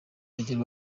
urugero